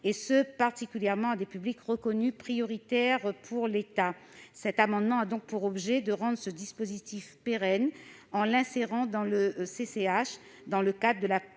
et ce particulièrement à des publics reconnus prioritaires par l'État. Cet amendement a pour objet de rendre ce dispositif pérenne en l'insérant dans le code de la